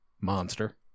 Monster